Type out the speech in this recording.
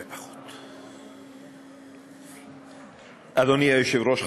הדין הפלילי (תיקון,